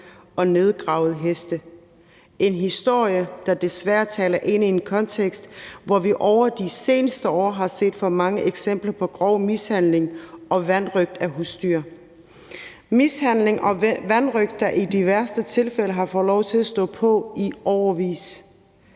50 nedgravede dræbte heste – en historie, der desværre taler ind i en kontekst, hvor vi over de seneste år har set for mange eksempler på grov mishandling og vanrøgt af husdyr, der i de værste tilfælde har fået lov til at stå på i årevis.